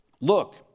Look